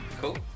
Cool